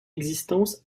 existence